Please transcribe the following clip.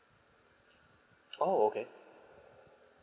oh okay